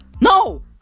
No